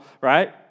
right